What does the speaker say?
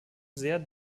sehr